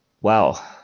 Wow